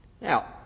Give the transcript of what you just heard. Now